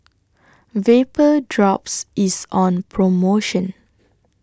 Vapodrops IS on promotion